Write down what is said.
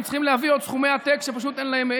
הם צריכים להביא עוד סכומי עתק שפשוט אין להם מאיפה.